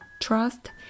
trust